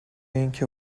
اینکه